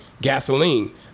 Gasoline